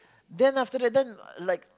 then after that then like